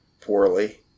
poorly